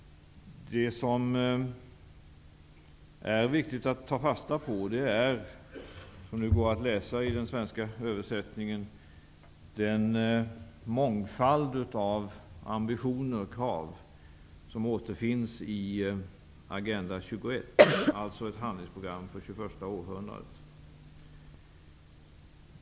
Det som är viktigt att ta fasta på är, vilket står att läsa om i den svenska översättningen, den mångfald av ambitioner, krav, som återfinns i Agenda 21 -- som alltså är ett handlingsprogram för det 21:a århundradet.